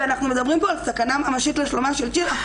ואנחנו מדברים פה על סכנה ממשית לשלומה של צ'ילה.